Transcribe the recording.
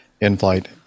in-flight